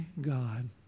God